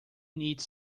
needs